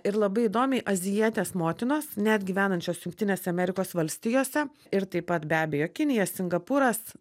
ir labai įdomiai azijietės motinos net gyvenančios jungtinėse amerikos valstijose ir taip pat be abejo kinija singapūras